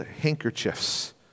handkerchiefs